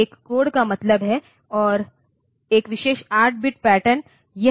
तो एक कोड का मतलब एक विशेष 8 बिट पैटर्न है